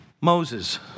Moses